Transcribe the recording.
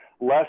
less